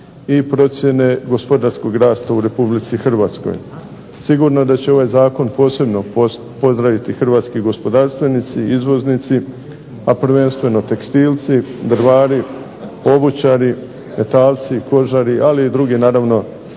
i procjene gospodarskog rasta u Republici Hrvatskoj. Sigurno da će ovaj Zakon posebno pozdraviti hrvatski gospodarstvenici, izvoznici, a prvenstveno tekstilci, drvari, obućari, metalci, kožari, ali i drugi naravno